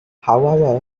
however